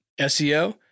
SEO